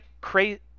crazy